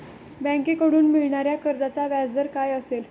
बँकेकडून मिळणाऱ्या कर्जाचा व्याजदर काय असेल?